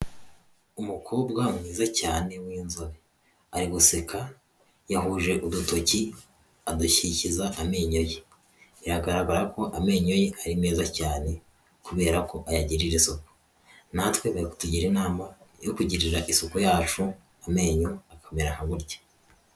Umukobwa mwiza cyane w'inzobe ari guseka yahuje udutoki agakikiza amenyo ye biragaragara ko amenyo ye ari meza cyane kubera ko ayagirira isuku, natwe biratugira inama yo kugirira isuku yacu amenyo akamera nka gutya.